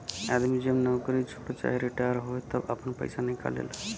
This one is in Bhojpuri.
आदमी जब नउकरी छोड़े चाहे रिटाअर होए तब आपन पइसा निकाल लेला